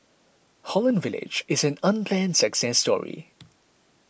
Holland Village is an unplanned success story